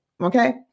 Okay